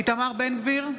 איתמר בן גביר,